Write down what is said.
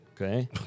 okay